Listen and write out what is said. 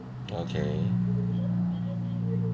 okay